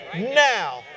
now